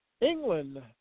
England